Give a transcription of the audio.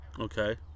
Okay